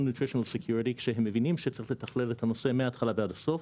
Nutrition Security כשהם מבינים שצריכים לתכלל את הנושא מהתחלה ועד הסוף.